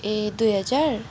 ए दुई हजार